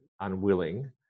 unwilling